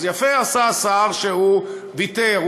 אז יפה עשה השר שהוא ויתר.